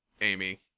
Amy